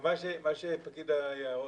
מה שאומר פקיד היערות,